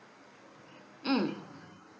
mm